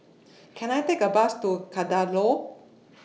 Can I Take A Bus to Kadaloor